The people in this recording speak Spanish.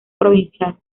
provincial